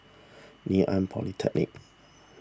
Ngee Ann Polytechnic